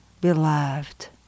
beloved